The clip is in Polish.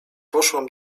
poszłam